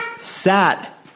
sat